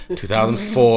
2004